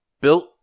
built